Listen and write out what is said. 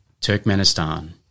Turkmenistan